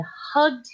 hugged